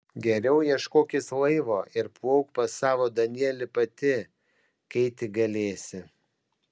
geriau ieškokis laivo ir plauk pas savo danielį pati kai tik galėsi